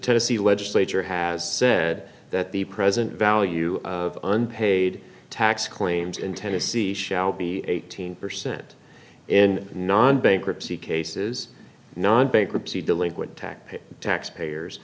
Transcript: tennessee legislature has said that the present value of unpaid tax claims in tennessee shall be eighteen percent in non bankruptcy cases not bankruptcy delinquent tax paid tax payers